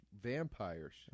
Vampires